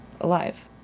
alive